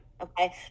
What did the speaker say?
Okay